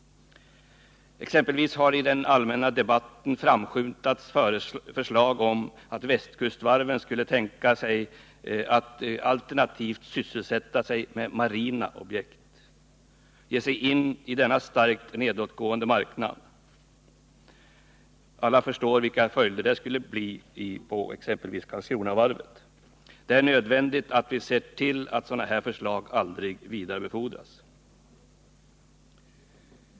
Exempelvis har det i den allmänna debatten framskymtat förslag om att västkustvarven skulle kunna tänka sig att alternativt sysselsätta sig med marina objekt — att ge sig ini denna starkt nedåtgående marknad. Alla förstår vilka följder det skulle få för exempelvis Karlskronavarvet. Det är nödvändigt att vi ser till att sådana förslag aldrig vidarebefordras.